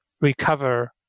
recover